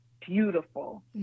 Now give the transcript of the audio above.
beautiful